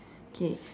okay